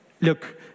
look